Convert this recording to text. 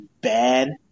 bad